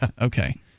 okay